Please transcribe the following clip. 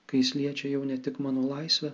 kai jis liečia jau ne tik mano laisvę